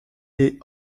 est